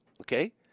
okay